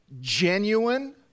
Genuine